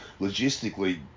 logistically